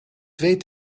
twee